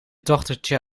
dochtertje